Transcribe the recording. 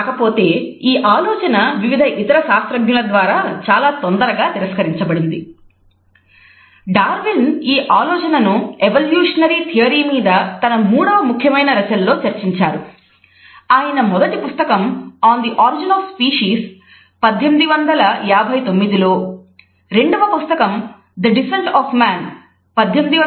కాకపోతే ఈ ఆలోచన వివిధ ఇతర శాస్త్రజ్ఞుల ద్వారా చాలా తొందరగా తిరస్కరించబడినది